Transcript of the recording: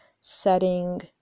setting